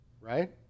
right